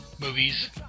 movies